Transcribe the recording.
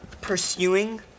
pursuing